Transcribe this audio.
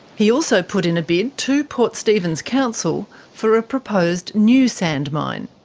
he also put in a bid to port stephens council for a proposed new sand mine,